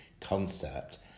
concept